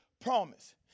promise